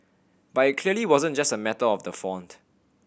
but it clearly wasn't just a matter of the font